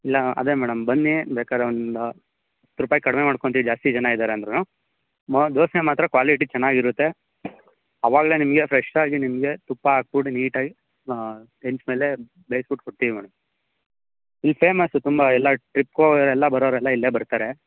ಇಲ್ಲ ಅದೇ ಮೇಡಮ್ ಬನ್ನಿ ಬೇಕಾದ್ರೆ ಒಂದು ಹತ್ತು ರೂಪಾಯಿ ಕಡಿಮೆ ಮಾಡ್ಕೊಂತೀವಿ ಜಾಸ್ತಿ ಜನ ಇದ್ದಾರೆ ಅಂದರೂನೂ ದೋಸೆ ಮಾತ್ರ ಕ್ವಾಲಿಟಿ ಚೆನ್ನಾಗಿರುತ್ತೆ ಆವಾಗಲೇ ನಿಮಗೆ ಫ್ರೆಶಾಗಿ ನಿಮಗೆ ತುಪ್ಪ ಹಾಕಿಬಿಟ್ಟು ನೀಟಾಗಿ ಹೆಂಚ್ ಮೇಲೆ ಬೇಯಿಸಿಬಿಟ್ಟು ಕೊಡ್ತೀವಿ ಮೇಡಮ್ ಇಲ್ಲಿ ಫೇಮಸ್ ತುಂಬ ಎಲ್ಲ ಟ್ರಿಪ್ಗೆ ಹೋಗೋರೆಲ್ಲ ಬರೋರೆಲ್ಲ ಇಲ್ಲೇ ಬರ್ತಾರೆ